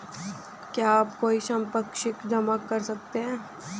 क्या आप कोई संपार्श्विक जमा कर सकते हैं?